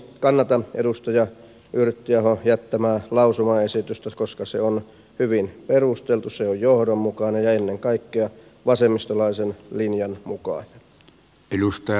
kannatan edustaja yrttiahon jättämää lausumaesitystä koska se on hyvin perusteltu se on johdonmukainen ja ennen kaikkea vasemmistolaisen linjan mukainen